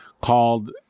called